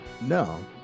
No